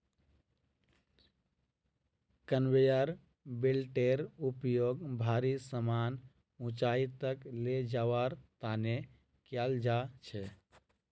conveyor बेल्टेर उपयोग भारी समान ऊंचाई तक ले जवार तने कियाल जा छे